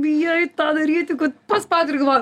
bijai tą daryti kad paspardai ir galvoji